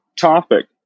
topic